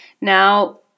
Now